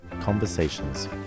Conversations